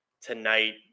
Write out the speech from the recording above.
tonight